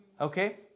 Okay